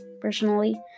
personally